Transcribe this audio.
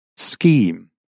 scheme